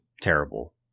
terrible